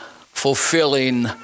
fulfilling